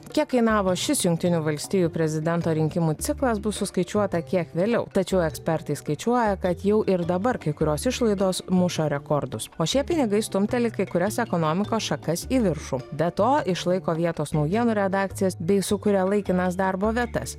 kiek kainavo šis jungtinių valstijų prezidento rinkimų ciklas bus suskaičiuota kiek vėliau tačiau ekspertai skaičiuoja kad jau ir dabar kai kurios išlaidos muša rekordus o šie pinigai stumteli kai kurias ekonomikos šakas į viršų be to išlaiko vietos naujienų redakcijas bei sukuria laikinas darbo vietas